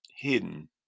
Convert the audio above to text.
hidden